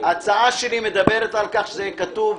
ההצעה שלי מדברת על כך שיהיה כתוב: